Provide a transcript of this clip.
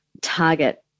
target